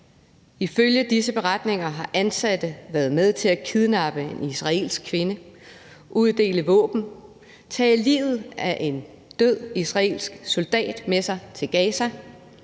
Ifølge disse beretninger har ansatte været med til at kidnappe en israelsk kvinde, uddele våben, tage liget af en død israelsk soldat med sig til Gaza